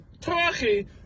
Turkey